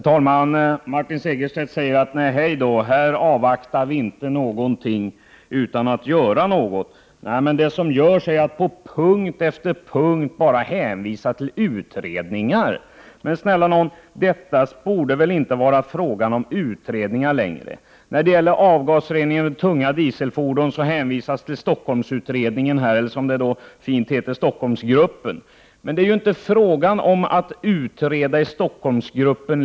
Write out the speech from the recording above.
Herr talman! Nej då, säger Martin Segerstedt, här avvaktar vi inte någonting utan att också göra något. Men vad man gör är ju bara att på punkt efter punkt hänvisa till utredningar. Men, snälla någon, det bör väl inte längre handla om utredningar. Vad gäller avgasrening på tunga dieselfordon hänvisar man till, som det så fint heter, Stockholmsgruppen. Men det är ju inte längre fråga om att utreda i Stockholmsgruppen.